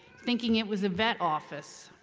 thinking it was a vet office,